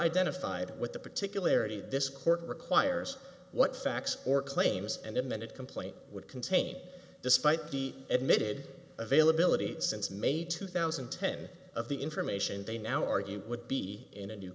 identified with the particular any this court requires what facts or claims and in minute complaint would contain despite the admitted availability since may two thousand and ten of the information they now argue would be in a new